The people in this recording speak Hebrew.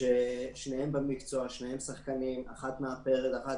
ששניהם במקצוע, שניהם שחקנים, אחת מאפרת וכו'